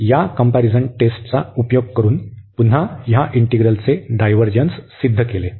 या comparison test चा उपयोग करून पुन्हा या इंटीग्रलचे डायव्हर्जन्स सिद्ध केले